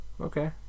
okay